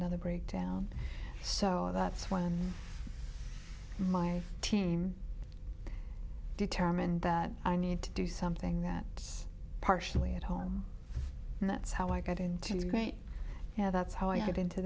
another breakdown so i that's when my team determined that i need to do something that partially at home and that's how i got into great yeah that's how i got into